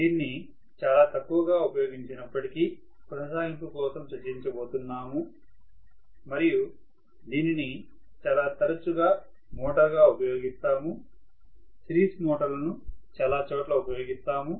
దీనిని చాలా తక్కువ గా ఉపయోగించినప్పటికీ కొనసాగింపు కోసం చర్చించబోతున్నాం మరియు దీనిని చాలా తరచుగా మోటారుగా ఉపయోగిస్తాము సిరీస్ మోటార్లను చాలా చోట్ల ఉపయోగిస్తాము